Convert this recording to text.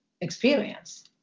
experience